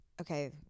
Okay